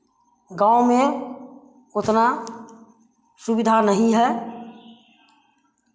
गाँव में उतना सुविधा नहीं है